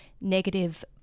negative